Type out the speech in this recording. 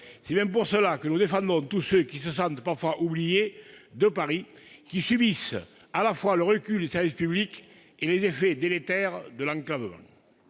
C'est pour cela que nous défendons ceux qui se sentent parfois oubliés par Paris et qui subissent à la fois le recul des services publics et les effets délétères de l'enclavement.